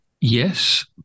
yes